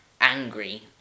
angry